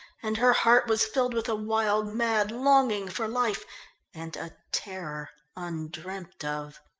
and her heart was filled with a wild, mad longing for life and a terror undreamt of.